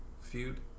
feud